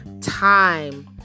time